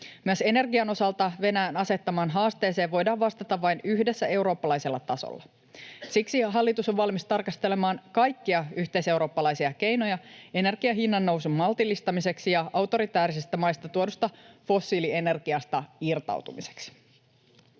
Myös energian osalta Venäjän asettamaan haasteeseen voidaan vastata vain yhdessä eurooppalaisella tasolla. Siksi hallitus on valmis tarkastelemaan kaikkia yhteiseurooppalaisia keinoja energian hinnannousun maltillistamiseksi ja autoritäärisistä maista tuodusta fossiilienergiasta irtautumiseksi.